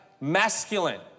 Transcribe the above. Masculine